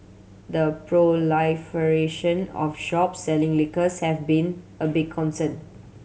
the proliferation of shops selling liquors have been a big concern